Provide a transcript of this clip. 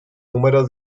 número